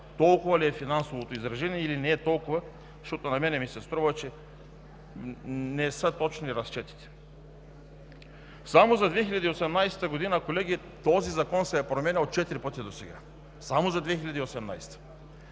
толкова ли е финансовото изражение или не е толкова, защото на мен ми се струва, че разчетите не са точни. Колеги, само за 2018 г. този закон се е променял четири пъти досега. Само за 2018